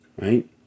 right